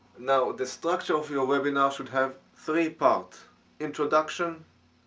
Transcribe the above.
now the structure of your webinar should have three parts introduction,